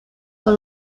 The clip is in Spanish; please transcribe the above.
con